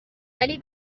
ولی